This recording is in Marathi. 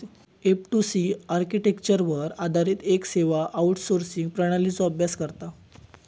एफ.टू.सी आर्किटेक्चरवर आधारित येक सेवा आउटसोर्सिंग प्रणालीचो अभ्यास करता